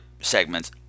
segments